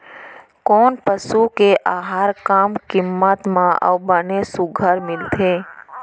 कोन पसु के आहार कम किम्मत म अऊ बने सुघ्घर मिलथे?